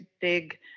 big